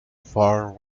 far